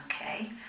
Okay